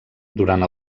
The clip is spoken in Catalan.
durant